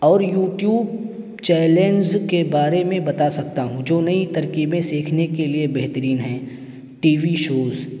اور YouTube channels کے بارے میں بتا سکتا ہوں جو نئی ترکیبیں سیکھنے کے لیے بہترین ہیں ٹی وی شوز